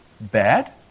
bad